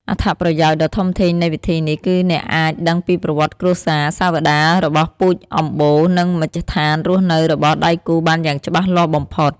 អត្ថប្រយោជន៍ដ៏ធំធេងនៃវិធីនេះគឺអ្នកអាចដឹងពីប្រវត្តិគ្រួសារ សាវតារបស់ពូជអម្បូរ និងមជ្ឈដ្ឋានរស់នៅរបស់ដៃគូបានយ៉ាងច្បាស់លាស់បំផុត។